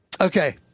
okay